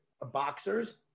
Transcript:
boxers